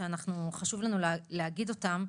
שחשוב לנו להגיד אותם,